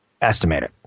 estimated